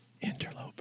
Interloper